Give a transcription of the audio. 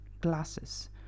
glasses